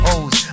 O's